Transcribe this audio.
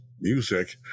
music